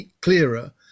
clearer